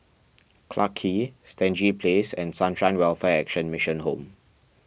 Clarke Quay Stangee Place and Sunshine Welfare Action Mission Home